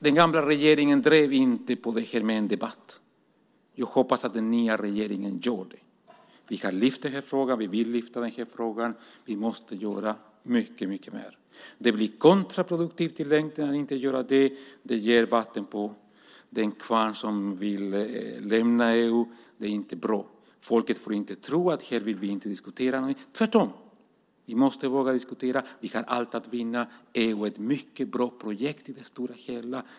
Den gamla regeringen drev inte på detta med en debatt. Jag hoppas att den nya regeringen gör det. Vi har lyft upp den här frågan. Vi måste göra mycket mer. Det blir kontraproduktivt i längden att inte göra det. Det ger vatten på kvarnen åt dem som vill lämna EU. Det är inte bra. Folket får inte tro att vi inte vill diskutera detta. Vi måste tvärtom våga diskutera detta. Vi har allt att vinna. EU är ett mycket bra projekt i det stora hela.